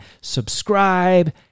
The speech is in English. subscribe